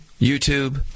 YouTube